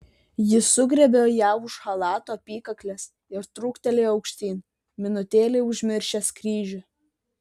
jis sugriebė ją už chalato apykaklės ir truktelėjo aukštyn minutėlei užmiršęs kryžių